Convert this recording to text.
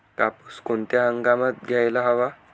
कापूस कोणत्या हंगामात घ्यायला हवा?